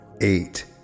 eight